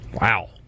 Wow